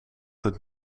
het